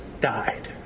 died